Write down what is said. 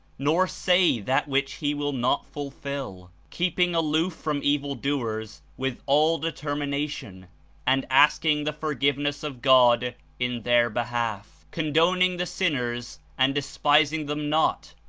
nor say that which he will not ful fil keeping aloof from evil doers with all determination and asking the forgiveness of god in their behalf condoning the sinners and despising them not,